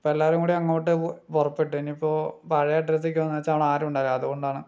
അപ്പം എല്ലാവരും കൂടി അങ്ങോട്ട് പുറപ്പെട്ടു ഇനിയിപ്പോൾ പഴയ അഡ്രസ്സിലേക്ക് വന്നു വെച്ചാൽ അവിടെ ആരും ഉണ്ടാവില്ല അതുകൊണ്ടാണ്